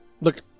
look